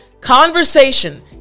Conversation